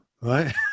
right